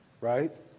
right